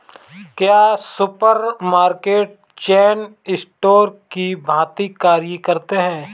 क्या supermarket chain store की भांति कार्य करते हैं?